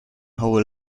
whole